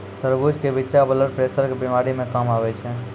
तरबूज के बिच्चा ब्लड प्रेशर के बीमारी मे काम आवै छै